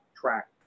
track